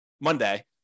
monday